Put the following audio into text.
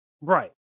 right